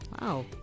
Wow